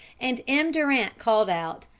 and m. durant called out,